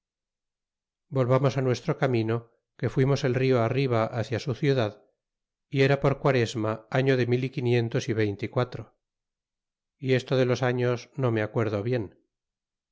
volvamos nuestro camino que fuimos el rio arriba hacia su ciudad y era por quaresma año de mil y quinientos y veinte y guateo y esto de filos afíos no me aeuerdtv bien